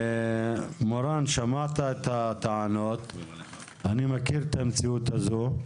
מורן, שמעת את הטענות, אני מכיר את המציאות הזו,